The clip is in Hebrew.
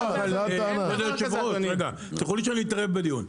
תסלחו לי שאני אתערב בדיון.